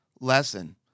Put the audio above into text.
lesson